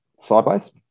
sideways